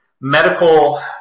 medical